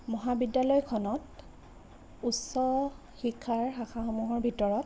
মহাবিদ্যালয়খনত উচ্চ শিক্ষাৰ শাখাসমূহৰ ভিতৰত